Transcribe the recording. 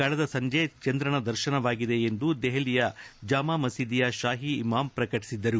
ಕಳೆದ ಸಂಜೆ ಚಂದ್ರನ ದರ್ಶನವಾಗಿದೆ ಎಂದು ದೆಹಲಿಯ ಜಾಮಾ ಮಸೀದಿಯ ಶಾಹಿ ಇಮಾಮ್ ಪ್ರಕಟಿಸಿದ್ದರು